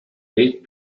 eight